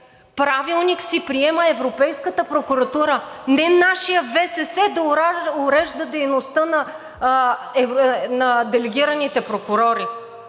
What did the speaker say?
Правилник си приема Европейската прокуратура. Не нашият ВСС да урежда дейността на делегираните прокурори!